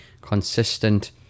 consistent